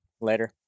Later